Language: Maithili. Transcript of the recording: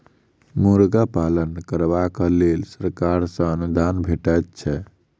मुर्गा पालन करबाक लेल सरकार सॅ अनुदान भेटैत छै